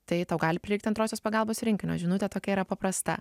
tai tau gali prireikti antrosios pagalbos rinkinio žinutė tokia yra paprasta